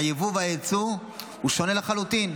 היבוא והיצוא שונים לחלוטין.